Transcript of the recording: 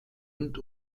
und